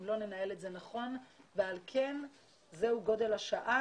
אם לא ננהל את זה נכון ועל כן זה גודל השעה,